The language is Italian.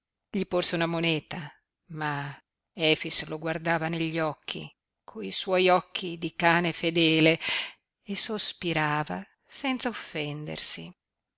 gli porse una moneta ma efix lo guardava negli occhi coi suoi occhi di cane fedele e sospirava senza offendersi